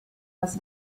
das